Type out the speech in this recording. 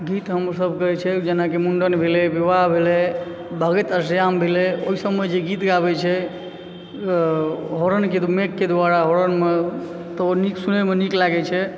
गीत हमसभ गावै छियै जेनाकि मुंडन भेलै विवाह भेलै भगति अष्टज्याम भेलै ओहिसभ मे जे गीत गाबै छै होरनके माइके द्वारा होरन मे तऽ ओ नीक सुनैमे नीक लागै छै